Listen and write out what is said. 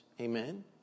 Amen